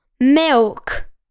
Milk